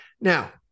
now